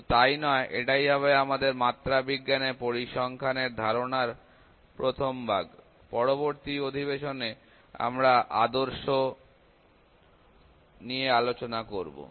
শুধু তাই নয় এটাই হবে আমাদের মাত্রা বিজ্ঞানে পরিসংখ্যান এর ধারণার প্রথম ভাগ পরবর্তী অধিবেশনে আমরা আদর্শ নিয়ে ও আলোচনা করব